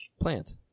plant